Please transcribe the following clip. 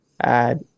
add